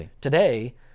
today